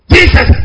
Jesus